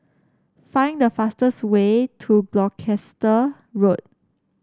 find the fastest way to Gloucester Road